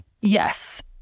Yes